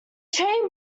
train